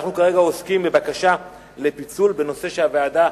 אנחנו כרגע עוסקים בבקשה לפיצול בנושא שהוועדה